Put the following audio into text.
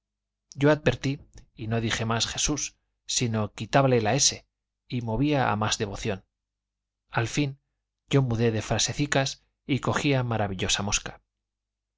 yo advertí y no dije más jesús sino quitábale la s y movía a más devoción al fin yo mudé de frasecicas y cogía maravillosa mosca